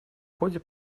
ходе